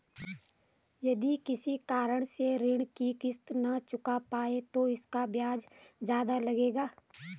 यदि किसी कारण से ऋण की किश्त न चुका पाये तो इसका ब्याज ज़्यादा लगेगा?